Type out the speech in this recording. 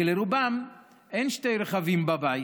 כי לרובם אין שני רכבים בבית,